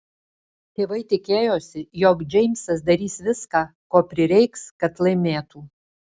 tėvai tikėjosi jog džeimsas darys viską ko prireiks kad laimėtų